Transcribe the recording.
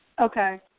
Okay